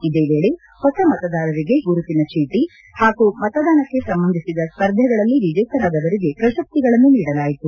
ಇದೇ ವೇಳೆ ಹೊಸ ಮತದಾರರಿಗೆ ಗುರುತಿನ ಚೀಟಿ ಹಾಗೂ ಮತದಾನಕ್ಕೆ ಸಂಬಂಧಿಸಿದ ಸ್ಪರ್ಧೆಗಳಲ್ಲಿ ವಿಜೇತರಾದವರಿಗೆ ಪ್ರಶಸ್ತಿಗಳನ್ನು ನೀಡಲಾಯಿತು